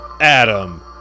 Adam